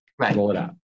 Right